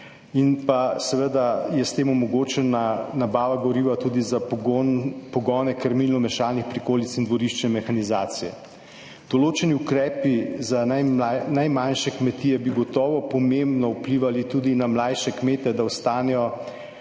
S tem je seveda omogočena nabava goriva tudi za pogone krmilno-mešalnih prikolic in dvoriščne mehanizacije. Določeni ukrepi za najmanjše kmetije bi gotovo pomembno vplivali tudi na mlajše kmete, da ostanejo